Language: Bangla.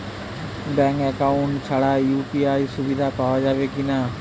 ব্যাঙ্ক অ্যাকাউন্ট ছাড়া ইউ.পি.আই সুবিধা পাওয়া যাবে কি না?